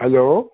hello